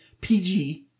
PG